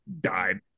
Died